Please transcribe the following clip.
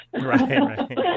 Right